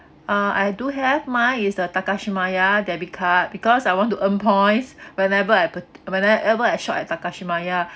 uh I do have mine is the takashimaya debit card because I want to earn points whenever I pur~ whenever I shop at takashimaya